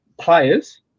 players